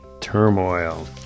turmoil